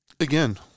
Again